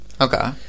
Okay